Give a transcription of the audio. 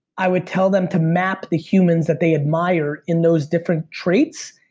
i would tell them to map the humans that they admire in those different traits,